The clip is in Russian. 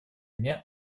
дня